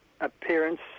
appearance